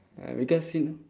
uh because